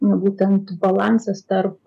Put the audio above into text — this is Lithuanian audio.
būtent balansas tarp